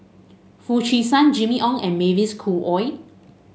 Foo Chee San Jimmy Ong and Mavis Khoo Oei